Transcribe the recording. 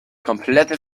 komplette